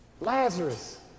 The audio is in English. Lazarus